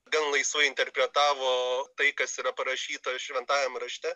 gan laisvai interpretavo tai kas yra parašyta šventajam rašte